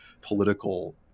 political